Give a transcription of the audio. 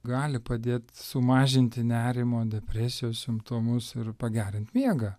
gali padėt sumažinti nerimo depresijos simptomus ir pagerint miegą